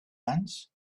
ants